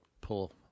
pull